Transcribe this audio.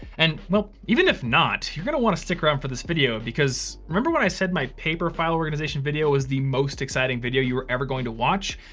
and well even if not, you're gonna wanna stick around for this video because remember when i said my paper file organization video was the most exciting video you were ever going to watch?